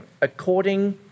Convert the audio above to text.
according